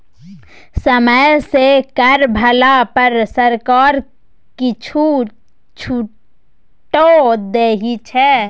समय सँ कर भरला पर सरकार किछु छूटो दै छै